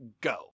Go